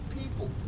People